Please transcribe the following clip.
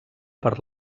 per